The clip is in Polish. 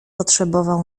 potrzebował